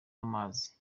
amazi